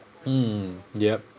mm yup